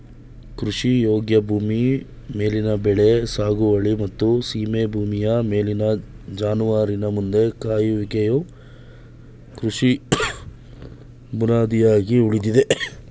ಕೃಷಿಯೋಗ್ಯ ಭೂಮಿ ಮೇಲಿನ ಬೆಳೆ ಸಾಗುವಳಿ ಮತ್ತು ಸೀಮೆ ಭೂಮಿಯ ಮೇಲಿನ ಜಾನುವಾರಿನ ಮಂದೆ ಕಾಯುವಿಕೆಯು ಕೃಷಿ ಬುನಾದಿಯಾಗಿ ಉಳಿದಿದೆ